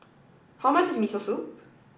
how much is Miso Soup